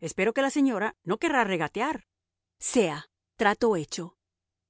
espero que la señora no querrá regatear sea trato hecho